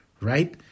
right